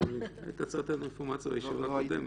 לא הייתי,